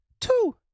two